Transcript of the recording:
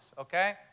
okay